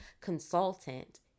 consultant